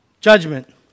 judgment